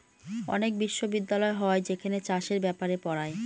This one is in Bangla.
অনেক বিশ্ববিদ্যালয় হয় যেখানে চাষের ব্যাপারে পড়ায়